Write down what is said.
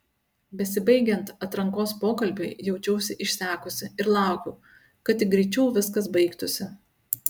besibaigiant atrankos pokalbiui jaučiausi išsekusi ir laukiau kad tik greičiau viskas baigtųsi